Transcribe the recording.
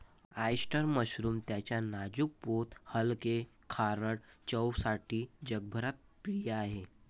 oyster mushroom त्याच्या नाजूक पोत हलके, खारट चवसाठी जगभरात प्रिय आहे